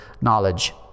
knowledge